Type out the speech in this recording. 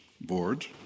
board